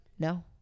No